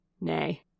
nay